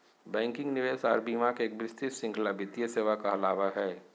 banking, निवेश आर बीमा के एक विस्तृत श्रृंखला वित्तीय सेवा कहलावय हय